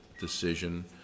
decision